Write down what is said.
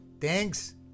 thanks